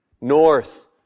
North